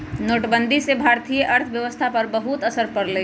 नोटबंदी से भारतीय अर्थव्यवस्था पर बहुत असर पड़ लय